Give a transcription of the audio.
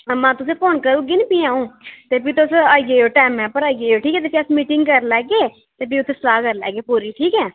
महां तुसें ई फोन करी ओड़गी निं भी अ'ऊं ते तुस आई जाएओ टैमें पर आई जाएओ ठीक ऐ ते अस मीटिंग करी लैह्गेह् ते भी उत्थै सलाह् करी लैह्गे पूरी ठीक ऐ